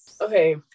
Okay